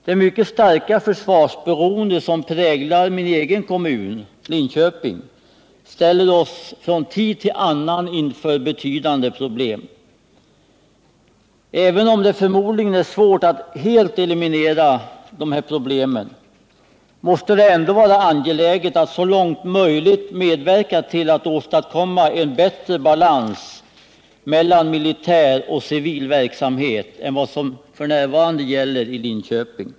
Det mycket starka försvarsberoende som präglar min egen kommun Linköping ställer oss från tid till annan inför betydande problem. Även om det förmodligen är svårt att helt eliminera dessa problem, måste det vara angeläget att så långt möjligt medverka till att åstadkomma en bättre balans mellan militär och civil verksamhet än vad som f. n. gäller i Linköping.